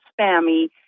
spammy